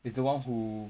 is the one who